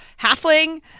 halfling